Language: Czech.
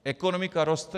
Ekonomika roste.